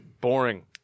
Boring